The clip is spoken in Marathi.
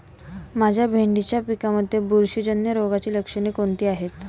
माझ्या भेंडीच्या पिकामध्ये बुरशीजन्य रोगाची लक्षणे कोणती आहेत?